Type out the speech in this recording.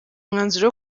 umwanzuro